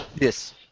Yes